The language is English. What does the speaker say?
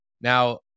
now